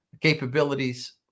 capabilities